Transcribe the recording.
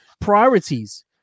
priorities